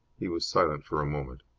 he was silent for a moment.